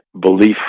belief